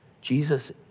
Jesus